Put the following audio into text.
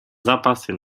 zapasy